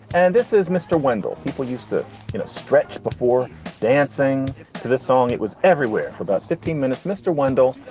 and this is mr. wendle. people used to stretch before dancing to this song. it was everywhere for about fifteen minutes, mr. windows.